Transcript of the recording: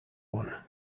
one